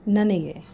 ನನಗೆ